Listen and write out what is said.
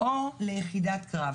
או ל"יחידה לתגובות קרב".